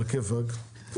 על הכיפאק,